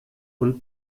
und